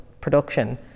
production